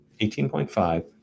18.5